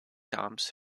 dumps